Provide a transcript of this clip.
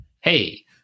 hey